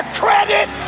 credit